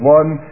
one